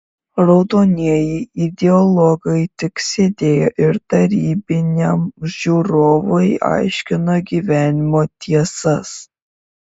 raudonieji ideologai tik sėdėjo ir tarybiniam žiūrovui aiškino gyvenimo tiesas